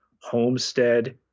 homestead